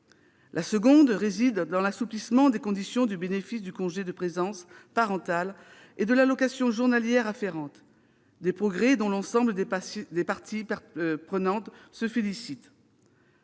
La seconde réside dans l'assouplissement des conditions du bénéfice du congé de présence parentale et de l'allocation journalière afférente. Ce sont des progrès dont l'ensemble des parties prenantes se félicitent.